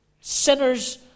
Sinners